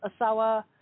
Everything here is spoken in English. Asawa